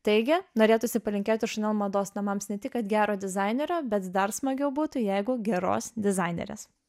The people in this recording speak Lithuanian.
taigi norėtųsi palinkėti chanel mados namams ne tik kad gero dizainerio bet dar smagiau būtų jeigu geros dizainerės